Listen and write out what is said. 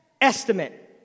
estimate